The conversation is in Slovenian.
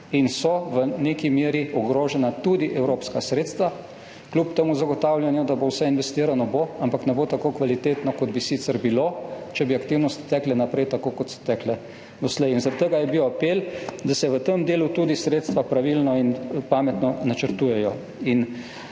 in so v neki meri ogrožena tudi evropska sredstva. Kljub zagotavljanju, da bo vse investirano – bo, ampak ne bo tako kvalitetno, kot bi bilo sicer, če bi aktivnosti tekle naprej tako, kot so tekle doslej. Zaradi tega je bil apel, da se v tem delu tudi sredstva pravilno in pametno načrtujejo.